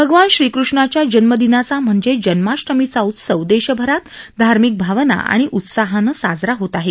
भगवान श्रीकृष्णाच्या जन्म दिनाचा म्हणजेच जन्माष्टमीचा उत्सव देशभरात धार्मिक भावना आणि उत्साहानं साजरा होत आहे